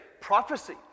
prophecy